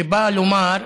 שבאה לומר: